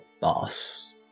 boss